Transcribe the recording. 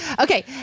Okay